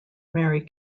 mary